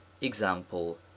example